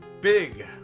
big